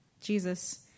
Jesus